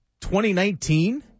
2019